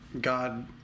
God